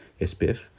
SPF